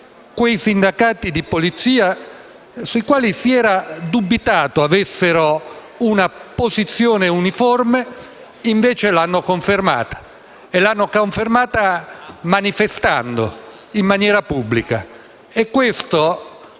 che i sindacati di polizia, dei quali si era dubitato avessero una posizione uniforme, l'hanno invece confermata e lo hanno fatto manifestando in maniera pubblica